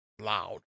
loud